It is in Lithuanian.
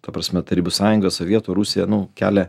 ta prasme tarybų sąjunga sovietų rusija nu kelia